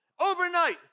Overnight